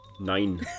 Nine